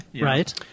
right